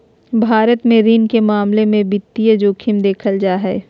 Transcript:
भारत मे ऋण के मामलों मे भी वित्तीय जोखिम देखल जा हय